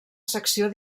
secció